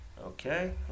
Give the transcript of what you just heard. Okay